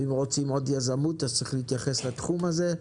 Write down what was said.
ואם רוצים עוד יזמות, צריך להתייחס לתחום הזה.